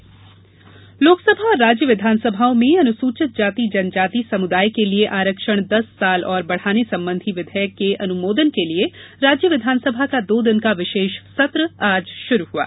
विस आरक्षण लोकसभा और राज्य विधानसभाओं में अनुसूचित जाति जनजाति वर्ग के लिए आरक्षण दस वर्ष और बढ़ाने संबंधी विधेयक के अनुमोदन के लिए राज्य विधानसभा का दो दिन का विशेष सत्र आज शुरू हुआ